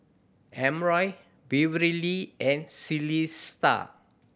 Emroy Beverlee and Celesta